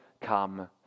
come